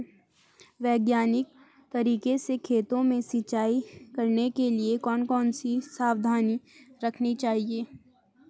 वैज्ञानिक तरीके से खेतों में सिंचाई करने के लिए कौन कौन सी सावधानी रखनी चाहिए?